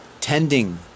tending